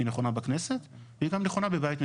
היא נכונה בכנסת והיא גם נכונה בבית משותף.